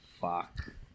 Fuck